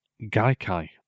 Gaikai